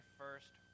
first